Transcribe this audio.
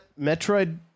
Metroid